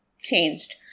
changed